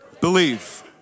Believe